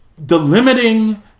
delimiting